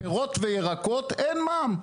פירות וירקות אין מע"מ.